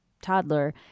toddler